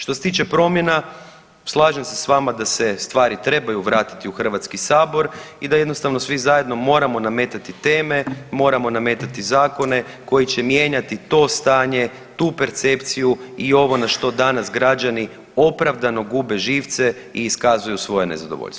Što se tiče promjena, slažem se s vama da se stvari trebaju vratiti u Hrvatski sabor i da jednostavno svi zajedno moramo nametati teme, moramo nametati zakone koji će mijenjati to stanje, tu percepciju i ovo na što danas građani opravdano gube živce i iskazuju svoje nezadovoljstvo.